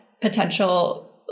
potential